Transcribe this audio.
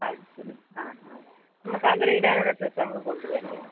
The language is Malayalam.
അത് ശരി ആ ആ നമുക്കന്നേരം ഇടാനുള്ള ഡ്രസ്സ് നമ്മൾ കൊണ്ട് വരണം